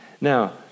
Now